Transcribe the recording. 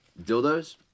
dildos